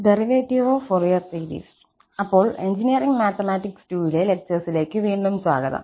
derivative of Fourier series അപ്പോൾ engineering mathematics 2 ലെ ലെക്ചർസിലേക്ക് വീണ്ടും സ്വാഗതം